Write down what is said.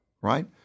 right